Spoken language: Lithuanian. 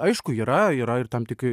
aišku yra yra ir tam tik